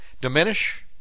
diminish